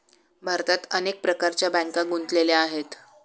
भारतात अनेक प्रकारच्या बँका गुंतलेल्या आहेत